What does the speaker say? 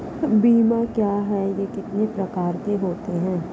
बीमा क्या है यह कितने प्रकार के होते हैं?